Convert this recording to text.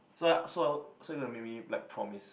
so I so so you gonna make me like promise